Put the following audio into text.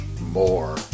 more